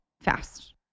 fast